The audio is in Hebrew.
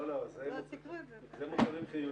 אני לא יודע לפי איזה תרגילים חשבונאיים,